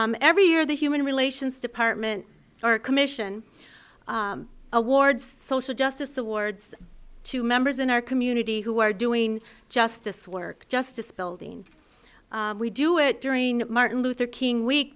every year the human relations department our commission awards social justice awards to members in our community who are doing justice work justice building we do it during martin luther king week